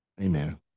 Amen